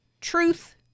truth